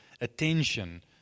attention